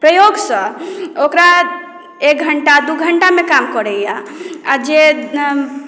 प्रयोग सॅं ओकरा एक घंटा दू घंटा मे काम करैया आ जे